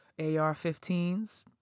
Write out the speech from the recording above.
AR-15s